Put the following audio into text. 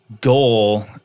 goal